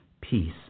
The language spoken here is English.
peace